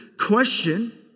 question